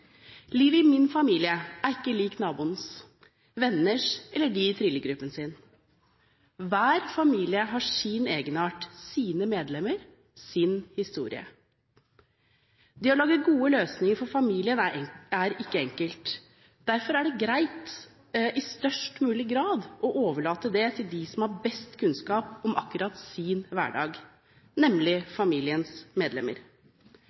Livet i min familie er ikke lik naboenes, venners eller til dem i trillegruppen. Hver familie har sin egenart, sine medlemmer, sin historie. Det å lage gode løsninger for familien er ikke enkelt. Derfor er det greit i størst mulig grad å overlate det til dem som har best kunnskap om akkurat sin hverdag, nemlig familiens medlemmer.